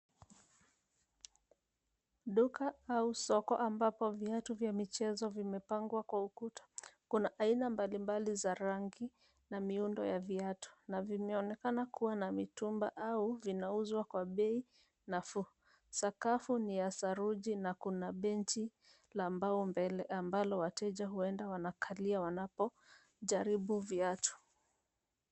Duka au soko ambapo viatu vya michezo vimepangwa kwa ukuta kuna aina mbali mbali za rangi na miundo ya viatu na vimeonekana kuwa na mitumba au vinauzwa kwa bei nafuu. Sakafu ni ya saruji na na kuna bench la mbao mbele ambalo wateja huenda wanakalia wanapo jaribu viatu.